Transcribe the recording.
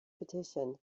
petition